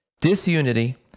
disunity